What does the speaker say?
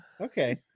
okay